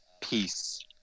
peace